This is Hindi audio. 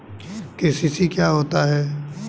के.सी.सी क्या होता है?